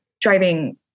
driving